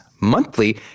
monthly